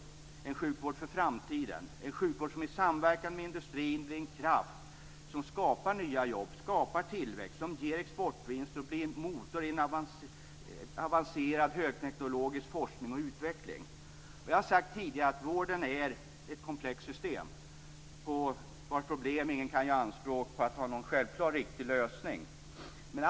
Det skall vara en sjukvård för framtiden, en sjukvård som i samverkan med industrin blir en kraft som skapar nya jobb och tillväxt, som ger exportvinster och blir en motor i en avancerad högteknologisk forskning och utveckling. Jag har sagt tidigare att vården är ett komplext system, vars problem ingen kan göra anspråk på att ha en självklar riktig lösning på.